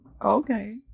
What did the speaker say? okay